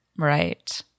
Right